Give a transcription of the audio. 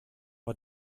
war